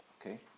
okay